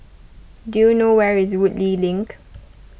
do you know where is Woodleigh Link